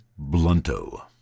Blunto